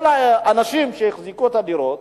כל האנשים שהחזיקו את הדירות